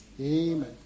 Amen